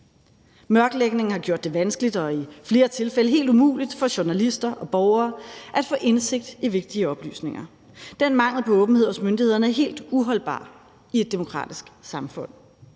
Mørklægningen har gjort det vanskeligt og i flere tilfælde helt umuligt for journalister og borgere at få indsigt i vigtige oplysninger. Den mangel på åbenhed hos myndighederne er helt uholdbar i et demokratisk samfund.